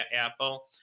apple